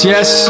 Yes